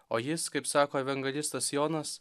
o jis kaip sako evangelistas jonas